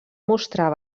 mostrar